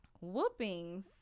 whoopings